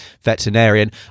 veterinarian